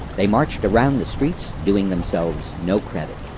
they marched around the streets doing themselves no credit.